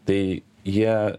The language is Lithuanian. tai jie